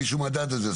מישהו מדד את זה,